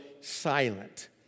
silent